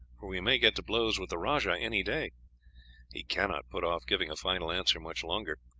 for we may get to blows with the rajah any day he cannot put off giving a final answer much longer.